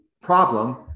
problem